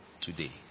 today